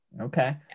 Okay